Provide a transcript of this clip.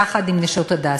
יחד עם "נשות הדסה".